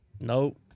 Nope